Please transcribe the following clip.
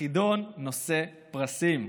החידון נושא פרסים.